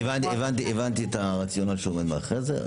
הבנתי את הרציונל שעומד מאחורי זה,